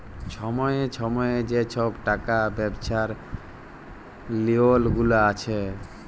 ছময়ে ছময়ে যে ছব টাকা ব্যবছার লিওল গুলা আসে